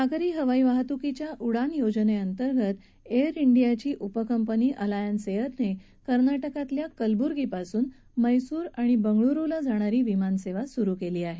नागरी हवाई वाहतुकीच्या उडान योजनेअंतर्गत एअर डियाची उपकंपनी अलायन्स एअर ने कर्नाटकात कलबुर्गी पासून मैसूर आणि बंगळुरुला जाणारी विमान सेवा सुरु केली आहे